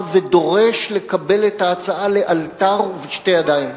ודורש לקבל את ההצעה לאלתר ובשתי ידיים.